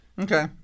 Okay